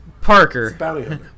Parker